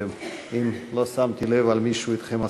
ואם לא שמתי לב למישהו, אתכם הסליחה.